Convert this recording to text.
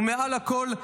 ומעל הכול,